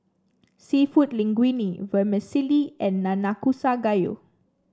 seafood Linguine Vermicelli and Nanakusa Gayu